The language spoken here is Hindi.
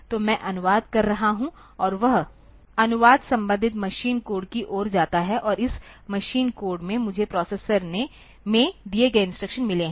तो मैं अनुवाद कर रहा हूं और वह अनुवाद संबंधित मशीन कोड की ओर जाता है और इस मशीन कोड में मुझे प्रोसेसर में दिए गए इंस्ट्रक्शन मिले हैं